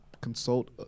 consult